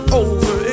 over